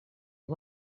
you